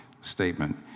statement